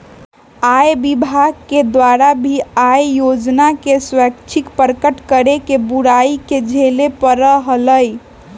आय विभाग के द्वारा भी आय योजना के स्वैच्छिक प्रकट करे के बुराई के झेले पड़ा हलय